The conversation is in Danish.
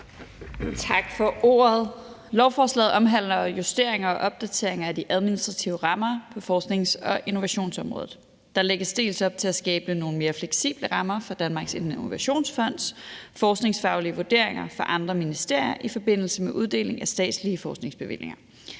Tak for ordet. Lovforslaget omhandler justeringer og opdateringer af de administrative rammer på forsknings- og innovationsområdet. Der lægges dels op til at skabe nogle mere fleksible rammer for Danmarks Innovationsfond, forskningsfaglige vurderinger fra andre ministerier i forbindelse med uddeling af statslige forskningsbevillinger.